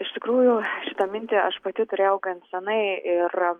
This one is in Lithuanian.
iš tikrųjų šitą mintį aš pati turėjau gan seniai ir